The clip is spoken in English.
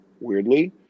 weirdly